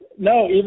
No